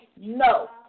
no